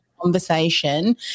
conversation